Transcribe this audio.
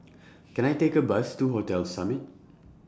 Can I Take A Bus to Hotel Summit